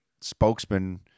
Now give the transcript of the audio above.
spokesman